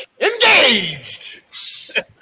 engaged